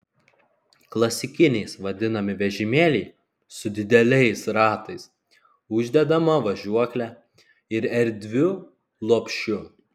klasikiniais vadinami vežimėliai su dideliais ratais uždedama važiuokle ir erdviu lopšiu